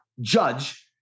judge